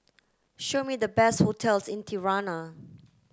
show me the best hotels in Tirana